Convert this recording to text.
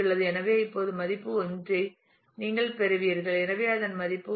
எனவே இப்போது மதிப்பு 1 ஐ நீங்கள் பெறுவீர்கள் எனவே அதன் மதிப்பு 1